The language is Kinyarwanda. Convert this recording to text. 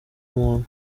muntu